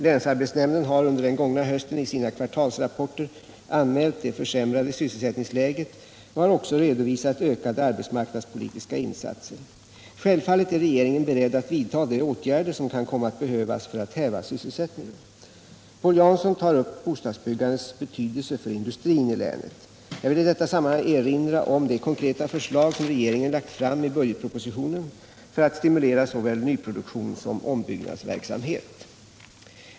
Länsarbetsnämnden har under den gångna hösten i sina kvartalsrapporter anmält det försämrade sysselsättningsläget och har också redovisat ökade arbetsmarknadspolitiska insatser. Självfallet är regeringen beredd att vidtaga de åtgärder som kan komma att behövas för att hävda sysselsättningen. Paul Jansson tar upp bostadsbyggandets betydelse för industrin i länet. Jag vill i detta sammanhang erinra om de konkreta förslag som regeringen lagt fram i budgetpropositionen för att stimulera såväl nyproduktion som ombyggnadsverksamhet.